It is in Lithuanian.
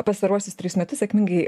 pastaruosius tris metus sėkmingai